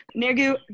Nergu